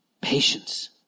Patience